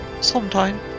Sometime